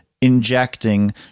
injecting